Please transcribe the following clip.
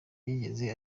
yigeze